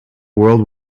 world